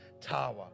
Tower